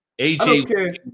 AJ